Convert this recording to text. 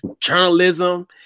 journalism